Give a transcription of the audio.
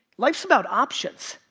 life's about options.